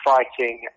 fighting